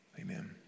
Amen